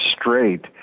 straight